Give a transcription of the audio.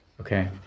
Okay